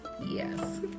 yes